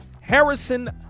Harrison